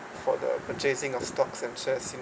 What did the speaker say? for the purchasing of stocks and shares you know